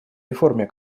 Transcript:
реформе